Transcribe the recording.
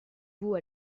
vous